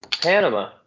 Panama